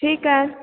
ठीकु आहे